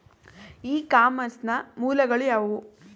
E commerce ನ ಮೂಲಗಳು ಯಾವುವು?